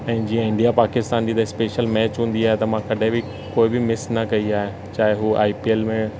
ऐं जीअं इंडिया पाकिस्तान जी त स्पेशल मैच हूंदी आहे त मां कॾहिं बि कोई बि मिस न कई आहे चाहे उहो आई पी एल में